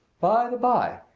by the by,